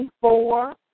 four